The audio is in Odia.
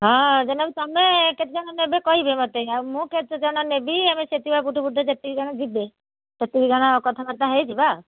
ହଁ ଜେନା ବାବୁ ତମେ କେତେ ଜଣ ନେବେ କହିବେ ମୋତେ ଆଉ ମୁଁ କେତେ ଜଣ ନେବି ଆମେ ସେତିକ ଭୁଟୁଭୁଟିରେ ଯେତିକି ଜଣ ଯିବେ ସେତିକି ଜଣ କଥାବାର୍ତ୍ତା ହୋଇଯିବା